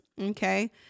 Okay